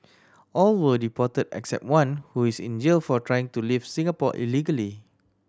all were deported except one who is in jail for trying to leave Singapore illegally